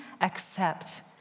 accept